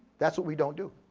that's what we don't do.